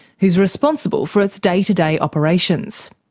who's responsible for its day-to-day operations.